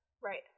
Right